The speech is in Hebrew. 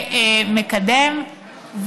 שמקדם,